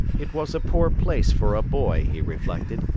it was a poor place for a boy, he reflected,